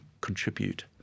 contribute